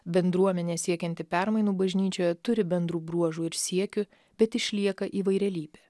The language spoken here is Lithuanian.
bendruomenė siekianti permainų bažnyčioje turi bendrų bruožų ir siekių bet išlieka įvairialypė